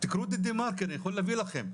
תקראו "דה מרקר" אני יכול להביא לכם.